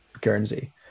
Guernsey